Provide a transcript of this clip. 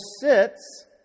sits